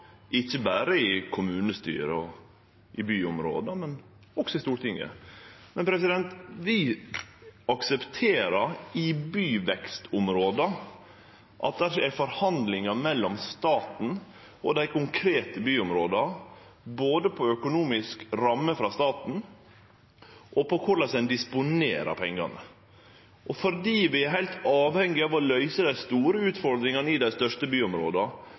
ikkje berre i kommunestyra og i byområda, men også i Stortinget. Vi aksepterer at det i byvekstområda er forhandlingar mellom staten og dei konkrete byområda, både om økonomisk ramme frå staten og om korleis ein disponerer pengane. Fordi vi er heilt avhengige av å løyse dei store utfordringane i dei største byområda,